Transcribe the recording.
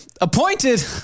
Appointed